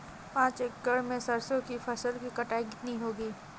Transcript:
पांच एकड़ में सरसों की फसल की कटाई कितनी होगी?